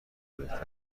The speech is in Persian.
بهتر